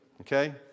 okay